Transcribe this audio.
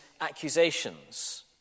accusations